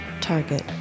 Target